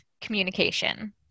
communication